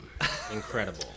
Incredible